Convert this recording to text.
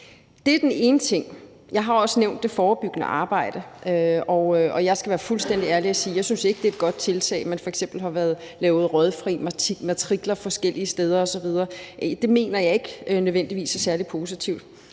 Det er den ene ting. Jeg har også nævnt det forebyggende arbejde, og jeg skal være fuldstændig ærlig og sige, at jeg ikke synes, det er et godt tiltag, at man f.eks. har lavet røgfri matrikler forskellige steder osv., for det mener jeg ikke nødvendigvis er særlig positivt.